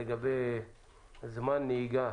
לגבי זמן נהיגה